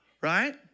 right